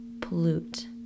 pollute